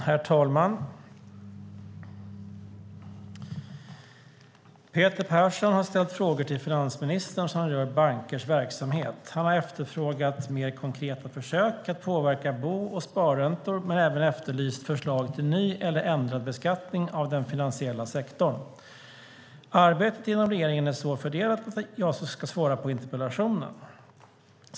Herr talman! Peter Persson har ställt frågor till finansministern som rör bankers verksamhet. Han har efterfrågat mer konkreta försök att påverka bo och sparräntor men även efterlyst förslag till ny eller ändrad beskattning av den finansiella sektorn. Arbetet inom regeringen är så fördelat att det är jag som ska svara på interpellationen.